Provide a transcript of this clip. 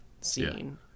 scene